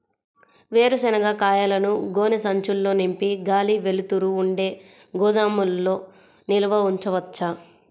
వేరుశనగ కాయలను గోనె సంచుల్లో నింపి గాలి, వెలుతురు ఉండే గోదాముల్లో నిల్వ ఉంచవచ్చా?